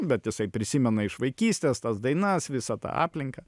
bet jisai prisimena iš vaikystės tas dainas visą tą aplinką